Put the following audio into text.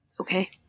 Okay